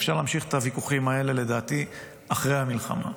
אפשר להמשיך את הוויכוחים האלה לדעתי אחרי המלחמה.